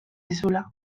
dizula